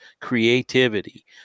creativity